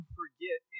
forget